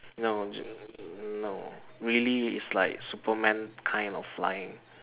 no ju~ no really it's like superman kind of flying